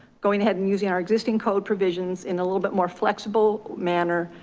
going ahead and using our existing code provisions in a little bit more flexible manner,